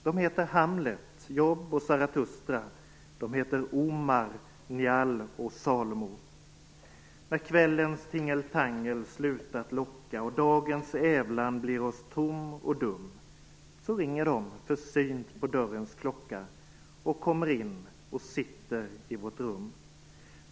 De heter Hamlet, Job och Zarathustra, de heter Omar, Nial och Salomo. När kvällens tingeltangel slutat locka och dagens ävlan blir oss tom och dum så ringer de försynt på dörrens klocka och kommer in och sitter i vårt rum.